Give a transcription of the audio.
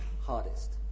hardest